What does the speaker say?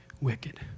wicked